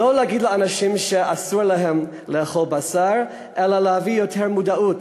לא להגיד לאנשים שאסור להם לאכול בשר אלא להביא ליותר מודעות